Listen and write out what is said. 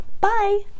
Bye